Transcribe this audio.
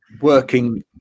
working